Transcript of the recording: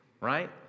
right